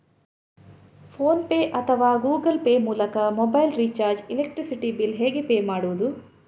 Phone pay ಅಥವಾ Google pay ಮೂಲಕ mobile recharge, electricity bill ಹೇಗೆ ಪೇ ಮಾಡುವುದು?